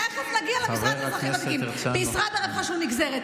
תכף נגיע למשרד לאזרחים ותיקים.